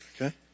Okay